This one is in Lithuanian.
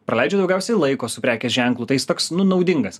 praleidžiu daugiausiai laiko su prekės ženklu tai jis toks nu naudingas